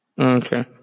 okay